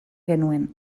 genuen